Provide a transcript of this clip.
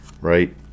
right